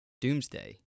Doomsday